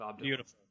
Beautiful